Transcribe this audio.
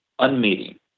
unmeeting